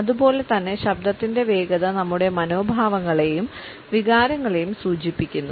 അതുപോലെ തന്നെ ശബ്ദത്തിന്റെ വേഗത നമ്മുടെ മനോഭാവങ്ങളെയും വികാരങ്ങളെയും സൂചിപ്പിക്കുന്നു